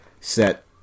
set